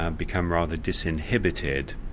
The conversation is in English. ah become rather disinhibited.